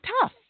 tough